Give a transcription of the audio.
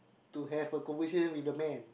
to have a conversation with the man